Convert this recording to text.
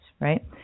right